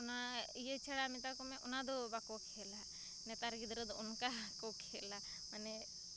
ᱚᱱᱟ ᱤᱭᱟᱹ ᱪᱷᱟᱲᱟ ᱢᱮᱛᱟᱠᱚᱢᱮ ᱚᱱᱟᱫᱚ ᱵᱟᱠᱚ ᱠᱷᱮᱞᱟ ᱱᱮᱛᱟᱨ ᱜᱤᱫᱽᱨᱟᱹᱫᱚ ᱚᱱᱠᱟᱠᱚ ᱠᱷᱮᱞᱟ ᱢᱟᱱᱮ